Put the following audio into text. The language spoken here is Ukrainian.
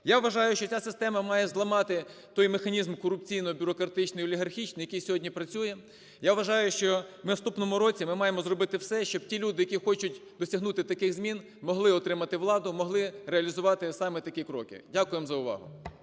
Я вважаю, що ця система має зламати той механізм корупційно-бюрократичний олігархічний, який сьогодні працює. Я вважаю, що в наступному році ми маємо зробити все, щоб ті люди, які хочуть досягнути таких змін, могли отримати владу, могли реалізувати саме такі кроки. Дякуємо за увагу.